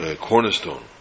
Cornerstone